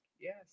Yes